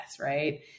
right